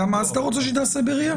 גם אז אתה רוצה שהיא תיעשה ב-RIA?